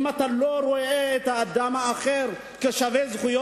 אם אתה לא רואה את האדם האחר כשווה-זכויות,